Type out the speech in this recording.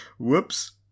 Whoops